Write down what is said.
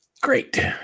Great